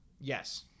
yes